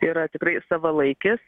yra tikrai savalaikis